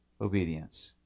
obedience